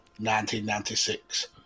1996